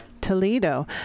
Toledo